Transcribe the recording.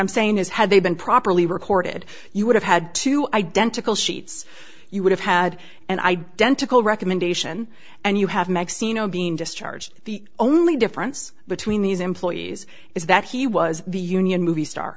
i'm saying is had they been properly recorded you would have had two identical sheets you would have had an identical recommendation and you have maxine being discharged the only difference between these employees is that he was the union movie star